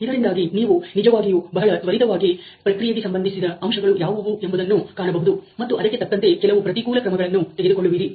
ಇದರಿಂದಾಗಿ ನೀವು ನಿಜವಾಗಿಯೂ ಬಹಳ ತ್ವರಿತವಾಗಿ ಪ್ರಕ್ರಿಯೆಗೆ ಸಂಬಂಧಿಸಿದ ಅಂಶಗಳು ಯಾವುವು ಎಂಬುದನ್ನು ಕಾಣಬಹುದು ಮತ್ತು ಅದಕ್ಕೆ ತಕ್ಕಂತೆ ಕೆಲವು ಪ್ರತಿಕೂಲ ಕ್ರಮಗಳನ್ನು ತೆಗೆದುಕೊಳ್ಳುವಿರಿ